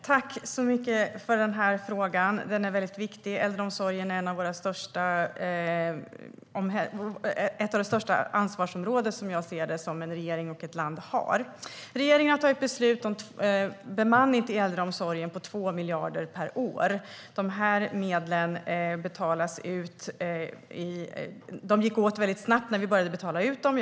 Herr talman! Tack för den här frågan, som är väldigt viktig! Äldreomsorgen är, som jag ser det, ett av de största ansvarsområdena som en regering och ett land har. Regeringen har tagit beslut om bemanning till äldreomsorgen på 2 miljarder per år. De här medlen gick åt väldigt snabbt när vi började betala ut dem.